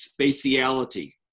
spatiality